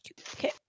Okay